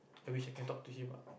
I wish I can talk to him